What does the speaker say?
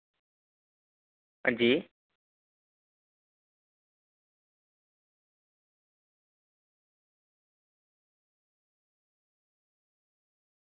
अंजी